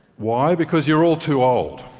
why? because you're all too old.